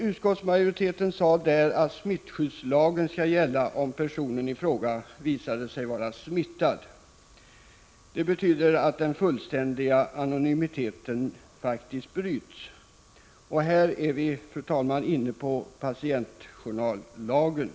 Utskottsmajoriteten sade att smittskyddslagen skall gälla om personen i fråga visade sig vara smittad. Det betyder att den fullständiga anonymiteten faktiskt bryts. Här är vi, fru talman, inne på patientjournallagen.